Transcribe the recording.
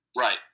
Right